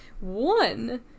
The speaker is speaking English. One